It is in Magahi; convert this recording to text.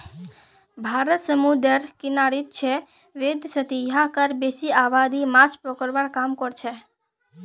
भारत समूंदरेर किनारित छेक वैदसती यहां कार बेसी आबादी माछ पकड़वार काम करछेक